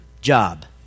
job